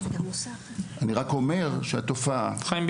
אני רק אומר שהתופעה --- חיים,